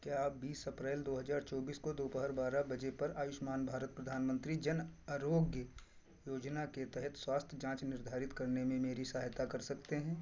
क्या आप बीस अप्रैल दो हज़ार चौबीस को दोपहर बारह बजे पर आयुष्मान भारत प्रधानमन्त्री जन आरोग्य योजना के तहत स्वास्थ्य जाँच निर्धारित करने में मेरी सहायता कर सकते हैं